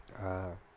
ah